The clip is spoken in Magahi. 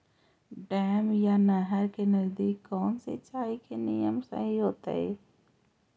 डैम या नहर के नजदीक कौन सिंचाई के नियम सही रहतैय?